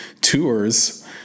tours